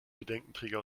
bedenkenträger